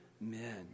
men